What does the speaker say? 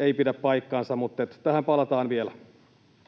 ei pidä paikkaansa. Mutta tähän palataan vielä.